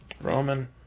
Roman